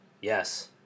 Yes